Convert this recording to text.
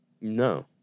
no